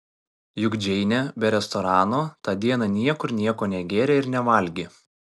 juk džeinė be restorano tą dieną niekur nieko negėrė ir nevalgė